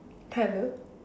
hello